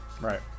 Right